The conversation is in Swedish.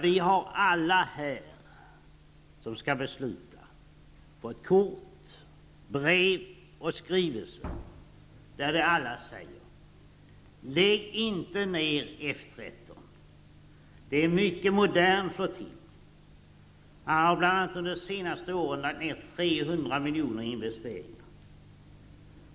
Vi har alla här, som skall besluta, fått kort, brev och skrivelser där man säger: Lägg inte ned F 13! Det är en mycket modern flottilj. Man har under de senaste åren bl.a. investerat 300 miljoner.